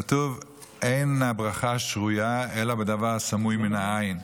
כתוב: "אין הברכה מצויה אלא בדבר הסמוי מן העין".